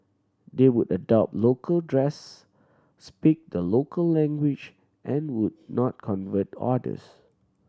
they would adopt local dress speak the local language and would not convert others